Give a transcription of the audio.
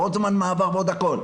ועוד זמן מעבר והכל,